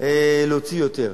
להוציא יותר.